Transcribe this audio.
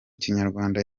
kinyarwanda